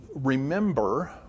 remember